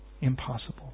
impossible